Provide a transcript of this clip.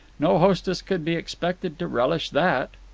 no hostess could be expected to relish that.